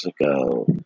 ago